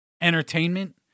entertainment